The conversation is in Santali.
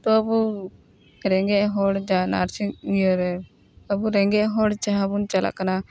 ᱛᱚ ᱟᱵᱚ ᱨᱮᱸᱜᱮᱡ ᱦᱚᱲ ᱡᱟᱦᱟᱸ ᱱᱟᱨᱥᱤᱝ ᱤᱭᱟᱹ ᱨᱮ ᱟᱵᱚ ᱨᱮᱸᱜᱮᱡ ᱦᱚᱲ ᱡᱟᱦᱟᱸ ᱵᱚᱱ ᱪᱟᱞᱟᱜ ᱠᱟᱱᱟ